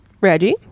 Reggie